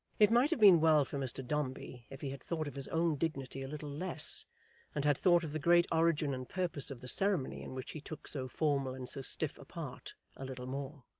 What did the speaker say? it might have been well for mr dombey, if he had thought of his own dignity a little less and had thought of the great origin and purpose of the ceremony in which he took so formal and so stiff a part, a little more.